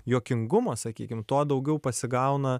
juokingumo sakykim tuo daugiau pasigauna